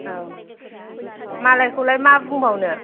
औ मालायखौलाय मा बुंबावनो